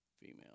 female